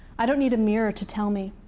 i don't need a mirror to tell me.